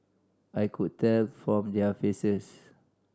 I could tell from their faces